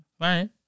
right